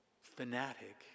fanatic